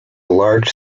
large